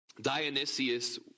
Dionysius